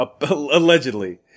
allegedly